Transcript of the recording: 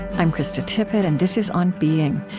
i'm krista tippett, and this is on being.